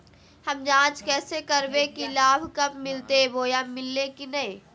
हम जांच कैसे करबे की लाभ कब मिलते बोया मिल्ले की न?